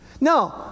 No